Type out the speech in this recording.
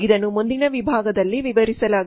ಇದನ್ನು ಮುಂದಿನ ವಿಭಾಗದಲ್ಲಿ ವಿವರಿಸಲಾಗಿದೆ